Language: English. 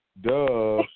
duh